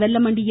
Vellamandi என்